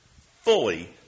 fully